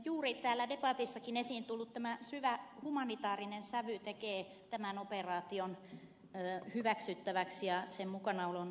juuri täällä debatissakin esiin tullut tämä syvä humanitäärinen sävy tekee tämän operaation ja siinä mukanaolon hyväksyttäväksi